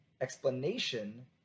explanation